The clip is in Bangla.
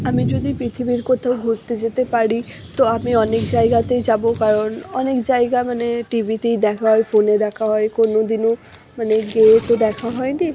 আমি যদি পৃথিবীর কোথাও ঘুরতে যেতে পারি তো আমি অনেক জায়গাতে যাব কারণ অনেক জায়গা মানে টিভিতেই দেখা হয় ফোনে দেখা হয় কোনো দিনও মানে গিয়ে তো দেখা হয়নি